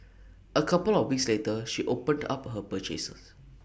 A couple of weeks later she opened up her purchases